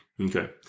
Okay